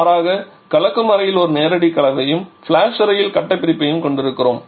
மாறாக கலக்கும் அறையில் ஒரு நேரடி கலவையும் ஃபிளாஷ் அறையில் கட்ட பிரிப்பையும் கொண்டிருக்கிறோம்